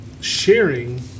sharing